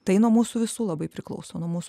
tai nuo mūsų visų labai priklauso nuo mūsų